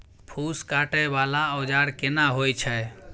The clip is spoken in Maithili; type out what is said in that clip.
फूस काटय वाला औजार केना होय छै?